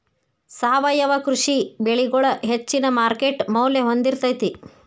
ಸಾವಯವ ಕೃಷಿ ಬೆಳಿಗೊಳ ಹೆಚ್ಚಿನ ಮಾರ್ಕೇಟ್ ಮೌಲ್ಯ ಹೊಂದಿರತೈತಿ